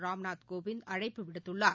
ராம்நாத் கோவிந்த் அழைப்பு விடுத்துள்ளார்